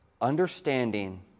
understanding